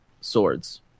swords